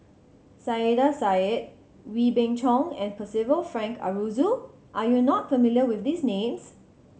Saiedah Said Wee Beng Chong and Percival Frank Aroozoo are you not familiar with these names